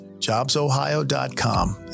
jobsohio.com